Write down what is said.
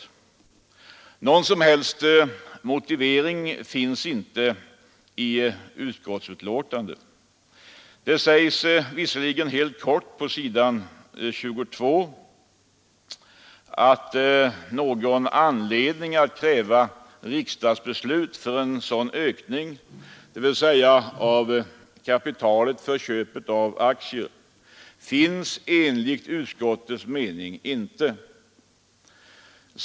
Ingen som helst motivering finns i utskottsbetänkandet. Där sägs bara helt kort på s. 22 att någon anledning att kräva riksdagsbeslut för en sådan ökning, dvs. av kapitalet för köp av aktier, enligt utskottets mening inte finns.